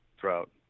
throughout